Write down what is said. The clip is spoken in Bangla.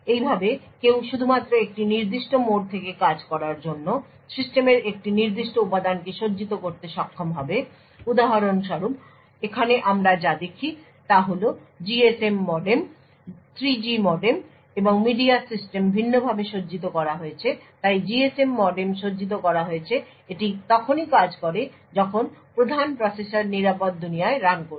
এইভাবে কেউ শুধুমাত্র একটি নির্দিষ্ট মোড থেকে কাজ করার জন্য সিস্টেমের একটি নির্দিষ্ট উপাদানকে সজ্জিত করতে সক্ষম হবে উদাহরণস্বরূপ এখানে আমরা যা দেখি তা হল GSM মডেম 3G মডেম এবং মিডিয়া সিস্টেম ভিন্নভাবে সজ্জিত করা হয়েছে তাই GSM মডেম সজ্জিত করা হয়েছে এটি তখনই কাজ করে যখন প্রধান প্রসেসর নিরাপদ দুনিয়ায় রান করছে